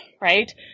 right